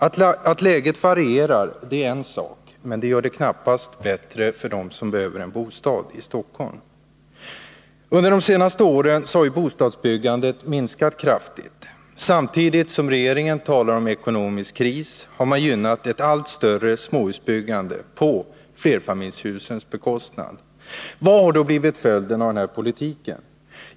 Att läget varierar mellan olika delar av landet gör knappast situationen bättre för dem som behöver en bostad i Stockholm. Under de senaste åren har bostadsbyggandet minskat kraftigt. Samtidigt som regeringen talat om ekonomisk kris har den gynnat ett allt större småhusbyggande på flerfamiljshusens bekostnad. Vad har då blivit följden av den borgerliga regeringens politik?